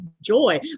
joy